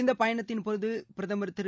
இந்தப் பயணத்தின்போது பிரதமா் திரு